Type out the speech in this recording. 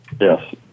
Yes